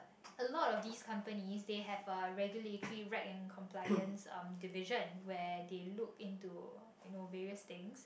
a lot of these companies they have a regulatory right and compliance um division where they look into you know various things